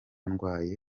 ndwaye